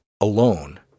alone